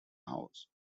house